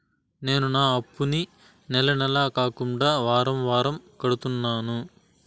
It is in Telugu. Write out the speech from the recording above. నేను నా అప్పుని నెల నెల కాకుండా వారం వారం కడుతున్నాను